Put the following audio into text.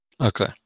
Okay